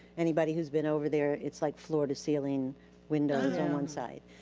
anybody who's been over there it's like floor to ceiling windows on one side.